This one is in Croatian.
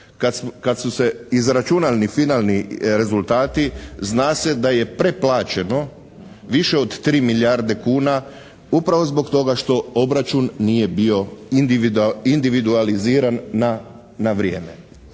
kad su se izračunali finalni rezultati zna se da je preplaćeno više od 3 milijarde kuna upravo zbog toga što obračun nije bio individualiziran na vrijeme.